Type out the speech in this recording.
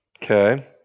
Okay